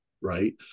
right